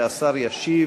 והשר ישיב.